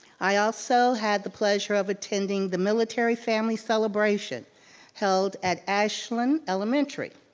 i also had the pleasure of attending the military family celebration held at ashland elementary.